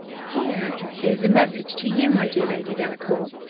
here is a message to you, my dear lady delacour,